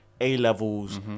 A-levels